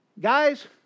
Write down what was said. Guys